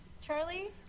Charlie